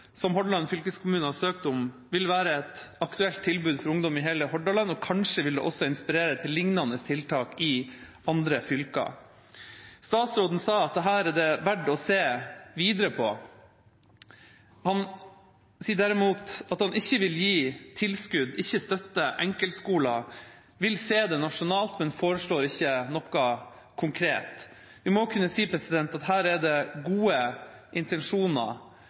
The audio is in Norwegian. som Hordaland fylkeskommune har søkt om, vil være et aktuelt tilbud for ungdom i hele Hordaland, og kanskje vil det også inspirere til lignende tiltak i andre fylker. Statsråden sa at dette er det verdt å se videre på. Han sier derimot at han ikke vil gi tilskudd, ikke vil støtte enkeltskoler, han vil se det nasjonalt, men foreslår ikke noe konkret. Vi må kunne si at her er det gode intensjoner,